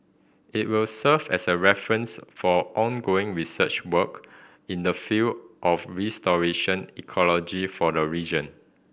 it will serve as a reference for ongoing research work in the field of restoration ecology for the region